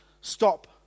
stop